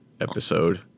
episode